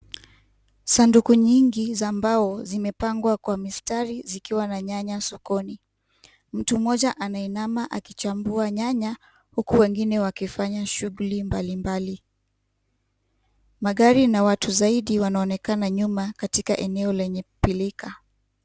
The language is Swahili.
Sanduku nyingi za mbao zimepangwa kwa mistari zikiwa na nyanya sokoni. Mgu mmoja anainama akichambua nyanya huku wengine wakifanya shughuli mbalimbali. Magari na watu zaidi wanaonekana nyuma katika eneo lenye pilka.